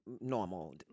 normal